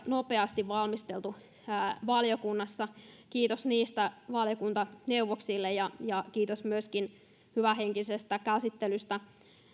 nopeasti valmisteltu valiokunnassa kiitos niistä valiokuntaneuvoksille ja ja kiitos myöskin hyvähenkisestä käsittelystä